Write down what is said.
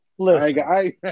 Listen